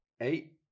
eight